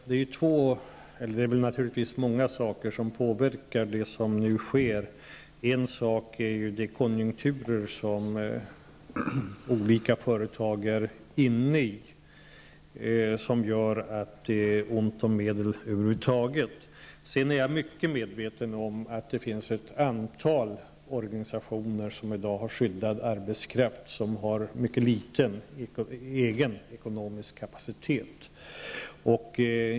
Herr talman! Det är naturligtvis många saker som påverkar det som nu sker. En sådan är de konjunkturer som olika företag är drabbade av och som gör att det är ont om medel över huvud taget. Jag är mycket väl medveten om att ett antal organisationer som i dag sysselsätter skyddad arbetskraft har mycket liten egen ekonomisk kapacitet.